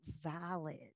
valid